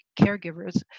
caregivers